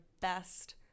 best